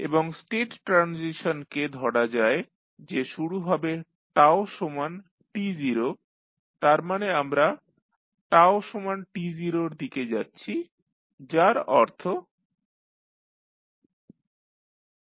X1sX2s L0t0x2dτx1t0s এবং state ট্রানজিশনকে ধরা যায় যে শুরু হবে সমান t0 তার মানে আমরা τt0 এর দিকে যাচ্ছি যার অর্থ x20for0τt0